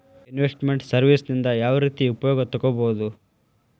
Invest made services ನಿಂದಾ ಯಾವ್ರೇತಿ ಉಪಯೊಗ ತಗೊಬೊದು?